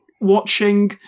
watching